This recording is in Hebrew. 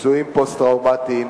בפצועים פוסט-טראומטיים,